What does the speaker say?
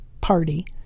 party